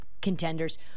contenders